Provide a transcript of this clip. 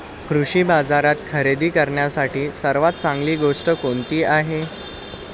कृषी बाजारात खरेदी करण्यासाठी सर्वात चांगली गोष्ट कोणती आहे?